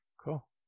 Cool